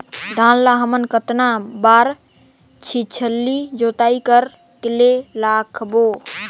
धान ला हमन कतना बार छिछली जोताई कर के लगाबो?